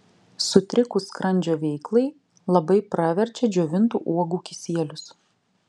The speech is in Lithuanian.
sutrikus skrandžio veiklai labai praverčia džiovintų uogų kisielius